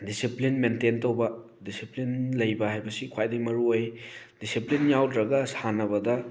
discipline maintain ꯇꯧꯕ discipline ꯂꯩꯕ ꯍꯥꯏꯕꯁꯤ ꯈ꯭ꯋꯥꯏꯗꯒꯤ ꯃꯔꯨꯑꯣꯏ ꯗꯤꯁꯤꯄ꯭ꯂꯤꯟ ꯌꯥꯎꯗ꯭ꯔꯒ ꯁꯥꯟꯅꯕꯗ